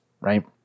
right